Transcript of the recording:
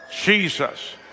Jesus